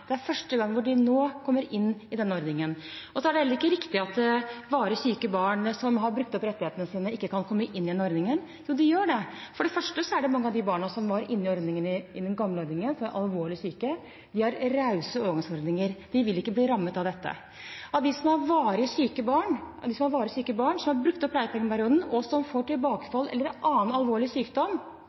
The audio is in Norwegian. For det første er det slik at mange av de barna som var inne i den gamle ordningen, for alvorlig syke, har rause overgangsordninger. De vil ikke bli rammet av dette. De som har varig syke barn og har brukt opp pleiepengeperioden, og der barna får tilbakefall eller annen alvorlig sykdom,